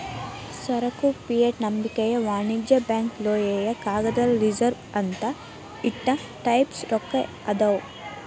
ಸರಕು ಫಿಯೆಟ್ ನಂಬಿಕೆಯ ವಾಣಿಜ್ಯ ಬ್ಯಾಂಕ್ ಲೋಹೇಯ ಕಾಗದದ ರಿಸರ್ವ್ ಅಂತ ಇಷ್ಟ ಟೈಪ್ಸ್ ರೊಕ್ಕಾ ಅದಾವ್